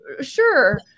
sure